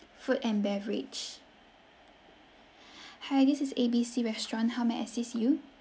food and beverage hi this is A B C restaurant how may I assist you